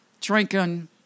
drinking